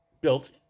built